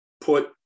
put